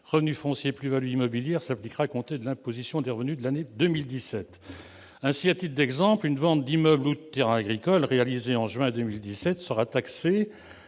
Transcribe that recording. revenus fonciers et plus-values immobilières s'appliquera à compter de l'imposition des revenus de l'année 2017. Ainsi, à titre d'exemple, une vente d'immeuble ou de terrain agricole réalisée en juin 2017 sera taxée